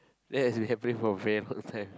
that has been happening for a very long time